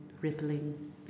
rippling